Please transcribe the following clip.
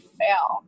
fail